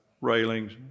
railings